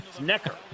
Necker